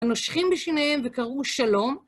הנושכים בשיניהם וקראו שלום.